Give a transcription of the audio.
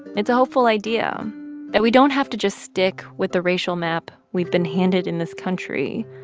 it's a hopeful idea that we don't have to just stick with the racial map we've been handed in this country.